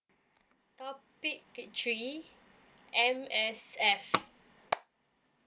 topical three M_S_F